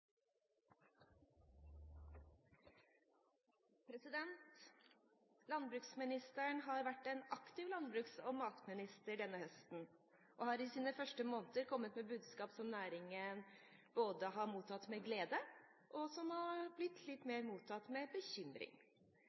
vedtatt. Landbruksministeren har vært en aktiv landbruks- og matminister denne høsten og har i sine første måneder kommet med budskap som av næringen har blitt mottatt med både glede og bekymring. Mitt ønske med